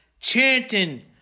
Chanting